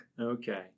Okay